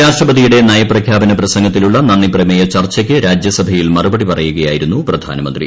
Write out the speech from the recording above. രാഷ്ട്രപതിയുടെ നയപ്രഖ്യാപന പ്രസംഗത്തിലുള്ള നന്ദിപ്രമേയ ചർച്ചയ്ക്ക് രാജ്യസഭയിൽ മറുപടി പറയുകയായിരുന്നു പ്രധാനമന്ത്രി